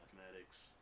mathematics